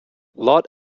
lord